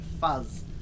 fuzz